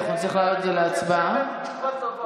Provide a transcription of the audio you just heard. אנחנו נצטרך להעלות את זה להצבעה, תשובות טובות.